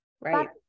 Right